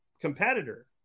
competitor